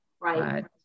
Right